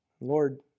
Lord